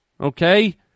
okay